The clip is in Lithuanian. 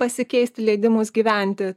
pasikeist leidimus gyventi